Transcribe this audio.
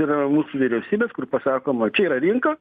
yra mūsų vyriausybės kur pasakoma čia yra rinka